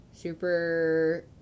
super